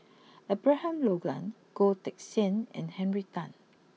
Abraham Logan Goh Teck Sian and Henry Tan